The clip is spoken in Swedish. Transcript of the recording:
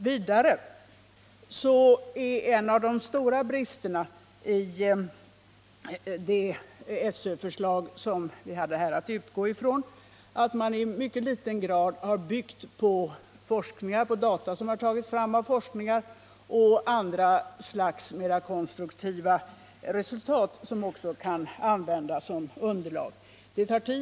Vidare är en av de stora bristerna i det SÖ-förslag som vi hade att utgå från att man i mycket liten utsträckning har byggt på data från forskningsarbete och på andra mera konstruktiva resultat, som kan användas som underlag i detta sammanhang.